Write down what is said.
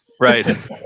Right